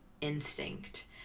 instinct